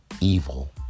evil